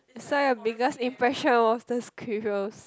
so your biggest impression was the squirrels